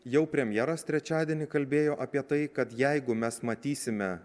jau premjeras trečiadienį kalbėjo apie tai kad jeigu mes matysime